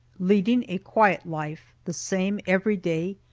leading a quiet life, the same every day,